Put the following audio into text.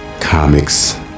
Comics